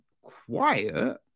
quiet